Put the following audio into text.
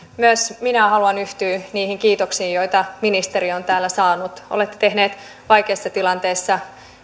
myös minä haluan yhtyä niihin kiitoksiin joita ministeri on täällä saanut olette tehnyt vaikeassa tilanteessa